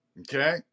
Okay